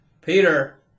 Peter